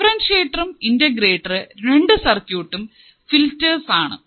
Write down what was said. differentiator integrator രണ്ടു സർക്യൂട്ടും filters ആണ്